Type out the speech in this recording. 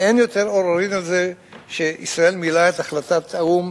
ואין יותר עוררין על זה שישראל מילאה את החלטת האו"ם